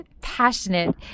passionate